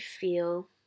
feel